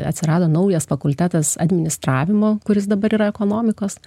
atsirado naujas fakultetas administravimo kuris dabar yra ekonomikos